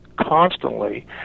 constantly